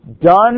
done